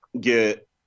get